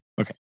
Okay